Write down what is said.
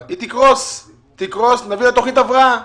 היא תקרוס ונביא לה תכנית הבראה.